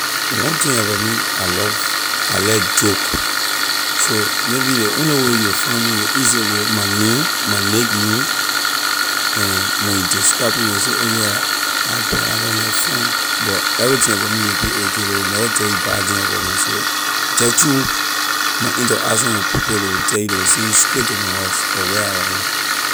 One thing about me I love I like joke so maybe ley only way you will find me ley easy way my name my nickname and when you describe me ley will say oh yeah la boy la boy like fun but everything about me will be okay ley will never tell you bad thing about me so jeh through my interaction with people ley will tell you ley will send straight to my house or where I wor am.